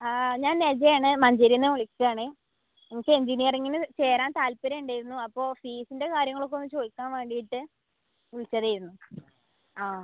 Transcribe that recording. ഞാൻ നെജയാണ് മഞ്ചേരിയിൽ നിന്ന് വിളിക്കുകയാണ് എനിക്ക് എഞ്ചിനീയറിംഗിന് ചേരാൻ താൽപ്പര്യം ഉണ്ടായിരുന്നു അപ്പോൾ ഫീസിൻ്റെ കാര്യങ്ങളൊക്കെ ഒന്ന് ചോദിക്കാൻ വേണ്ടിയിട്ട് വിളിച്ചതായിരുന്നു ആ